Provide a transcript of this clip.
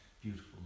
beautiful